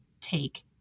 take